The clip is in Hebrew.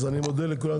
אז אני מודה לכולם,